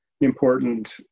important